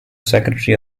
secretary